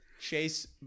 chase